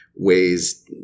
ways